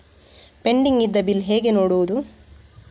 Pending ಇದ್ದ bill ಹೇಗೆ ನೋಡುವುದು?